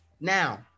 Now